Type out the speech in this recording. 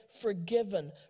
forgiven